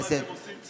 התשפ"ג 2023,